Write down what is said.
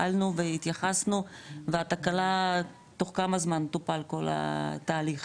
פעלנו והתייחסנו והתקלה תוך כמה זמן טופל כל התהליך?